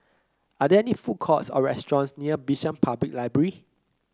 are there food courts or restaurants near Bishan Public Library